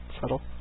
subtle